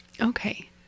Okay